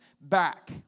back